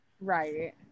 Right